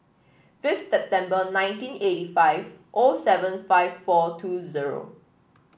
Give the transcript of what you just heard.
fifth September nineteen eighty five O seven five four two zero